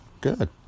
Good